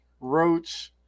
Roach